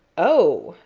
oh!